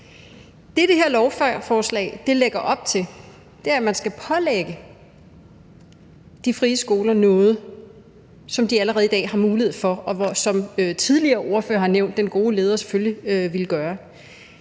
Det, det her lovforslag lægger op til, er, at man skal pålægge de frie skoler noget, som de allerede i dag har mulighed for, og, som tidligere ordførere har nævnt, som den gode leder selvfølgelig ville gøre.